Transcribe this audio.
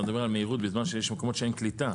אתה מדבר על מהירות בזמן שיש מקומות שבהם אין קליטה.